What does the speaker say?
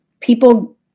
people